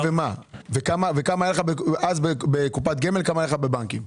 וכמה היו אז בקופות גמל וכמה בבנקים?